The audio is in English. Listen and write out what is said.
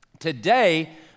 Today